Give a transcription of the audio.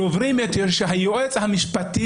אדוני היושב-ראש,